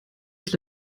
ich